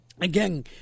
again